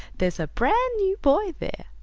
there's a brand new boy there.